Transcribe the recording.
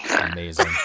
amazing